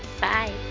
Bye